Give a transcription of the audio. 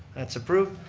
that's approved.